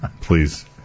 Please